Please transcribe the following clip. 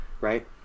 right